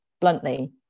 bluntly